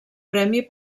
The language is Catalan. premi